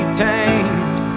tamed